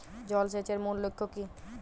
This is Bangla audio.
জল সেচের মূল লক্ষ্য কী?